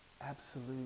absolute